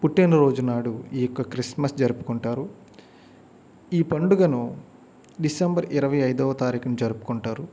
పుట్టినరోజునాడు ఈ యొక్క క్రిస్మస్ జరుపుకుంటారు ఈ పండుగను డిసెంబర్ ఇరవై ఐదో తారీఖున జరుపుకుంటారు